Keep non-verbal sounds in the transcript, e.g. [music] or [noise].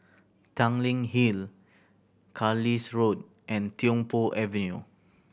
Tanglin Hill [unintelligible] Road and Tiong Poh Avenue